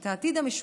את העתיד המשותף,